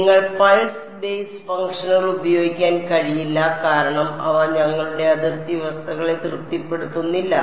നിങ്ങൾക്ക് pulse base ഫംഗ്ഷനുകൾ ഉപയോഗിക്കാൻ കഴിയില്ല കാരണം അവ ഞങ്ങളുടെ അതിർത്തി വ്യവസ്ഥകളെ തൃപ്തിപ്പെടുത്തുന്നില്ല